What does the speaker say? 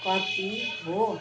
कति हो